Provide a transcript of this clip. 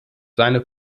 seine